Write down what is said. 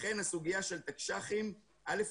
לכן, הסוגיה של תקש"חים א.